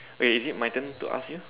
okay is it my turn to ask you